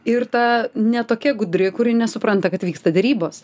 ir ta ne tokia gudri kuri nesupranta kad vyksta derybos